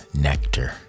Nectar